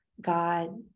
God